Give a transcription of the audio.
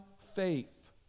faith